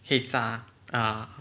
可以炸啊